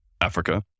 Africa